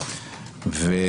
חלופות למעצר,